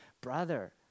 Brother